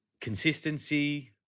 consistency